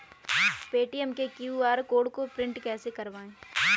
Paytm के QR code को print कैसे करवाएँ?